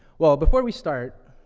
well, before we start,